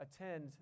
attend